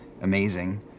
amazing